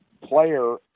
player